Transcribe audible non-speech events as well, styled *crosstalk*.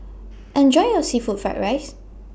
*noise* Enjoy your Seafood Fried Rice